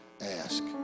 ask